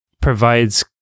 provides